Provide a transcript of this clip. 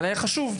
והיה חשוב,